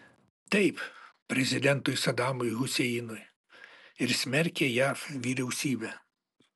taip prezidentui sadamui huseinui ir smerkė jav vyriausybę